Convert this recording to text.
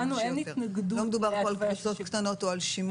לא מדובר כאן על פריסות קטנות או על שימוש